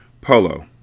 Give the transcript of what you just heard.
Polo